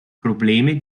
probleme